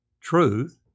truth